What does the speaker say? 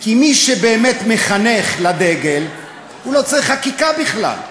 כי מי שבאמת מחנך לדגל, לא צריך חקיקה בכלל.